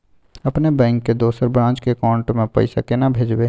अपने बैंक के दोसर ब्रांच के अकाउंट म पैसा केना भेजबै?